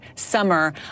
summer